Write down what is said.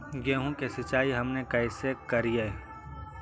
गेहूं के सिंचाई हमनि कैसे कारियय?